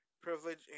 privilege